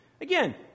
Again